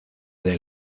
del